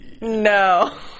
No